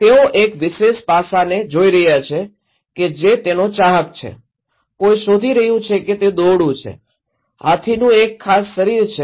તેઓ એક વિશેષ પાસાંને જોઈ રહ્યા છે કે જે તેનો ચાહક છે કોઈ શોધી રહ્યું છે કે તે દોરડું છે હાથીનું એક ખાસ શરીર છે